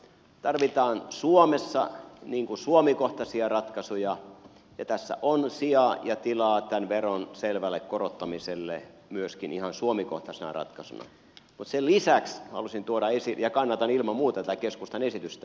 tarvitaan suomessa suomi kohtaisia ratkaisuja ja tässä on sijaa ja tilaa tämän veron selvälle korottamiselle myöskin ihan suomi kohtasi ratkaisu voisi lisäksi halusin kohtaisena ratkaisuna ja kannatan ilman muuta tätä keskustan esitystä